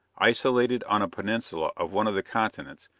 isolated on a peninsula of one of the continents,